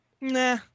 Nah